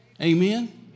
Amen